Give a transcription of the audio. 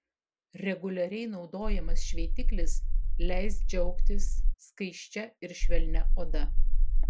reguliariai naudojamas šveitiklis leis džiaugtis skaisčia ir švelnia oda